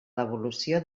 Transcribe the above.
devolució